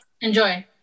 enjoy